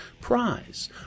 prize